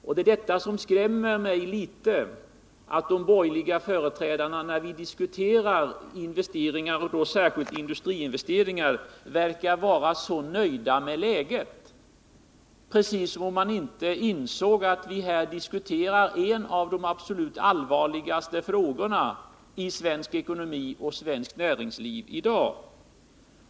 Det är detta som skrämmer mig litet: att de borgerliga företrädarna när vi diskuterar investeringar — särskilt då industriinvesteringar — verkar så nöjda med läget, precis som om man inte insåg att vi här diskuterar en av de allvarligaste frågorna i svensk ekonomi och svenskt näringsliv i dag.